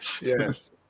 Yes